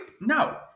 No